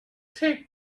take